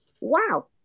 wow